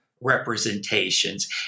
representations